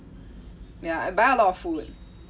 ya I buy a lot of food